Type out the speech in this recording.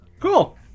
Cool